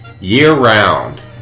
year-round